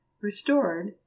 restored